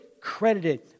credited